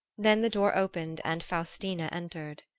then the door opened and faustina entered.